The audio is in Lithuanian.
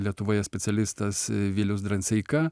lietuvoje specialistas vilius dranseika